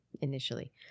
initially